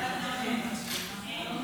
בבקשה.